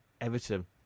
Everton